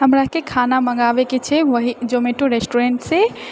हमराके खाना मङ्गाबए के छै ओएह जोमैटो रेस्टोरेन्टसँ